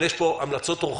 עם זאת, הגשנו המלצות רוחביות.